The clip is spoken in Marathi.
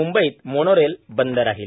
मुंबईत मोनोरेल बंद राहील